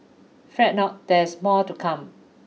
fret not there is more to come